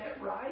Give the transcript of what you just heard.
right